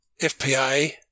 FPA